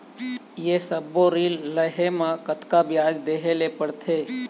ये सब्बो ऋण लहे मा कतका ब्याज देहें ले पड़ते?